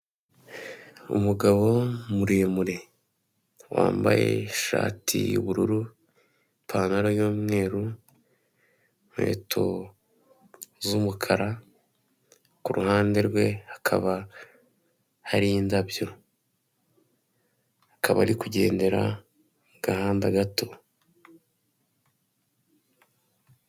Umugabo muremure wambaye ishati y'ubururu, ipantaro y'umweru, inkweto z'umukara, ku ruhande rwe hakaba hari indabyo akaba ari kugendera mu gahanda gato.